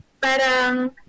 Parang